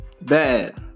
bad